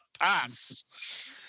pass